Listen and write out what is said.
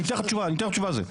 אני אתן לך תשובה על זה.